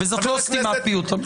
וזאת לא סתימת פיות מה שקורה פה?